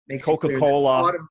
Coca-Cola